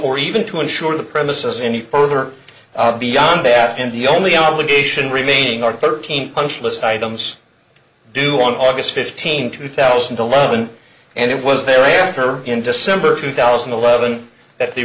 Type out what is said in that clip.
or even to insure the premises any further beyond that and the only obligation remaining are thirteen punch list items due on august fifteenth two thousand and eleven and it was there after in december two thousand and eleven at the